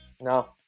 No